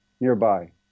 nearby